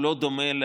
תודה רבה.